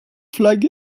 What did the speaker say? flag